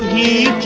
e